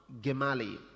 Gemali